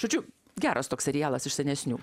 žodžiu geras toks serialas iš senesnių